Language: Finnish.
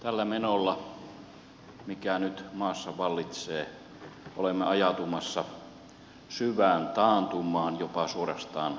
tällä menolla mikä nyt maassa vallitsee olemme ajautumassa syvään taantumaan jopa suorastaan lamaan